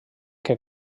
que